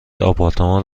آپارتمان